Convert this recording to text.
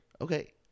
Okay